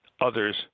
others